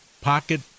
pocket